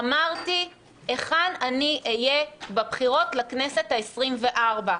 אמרתי היכן אני אהיה בבחירות לכנסת העשרים-וארבע,